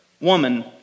Woman